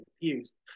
confused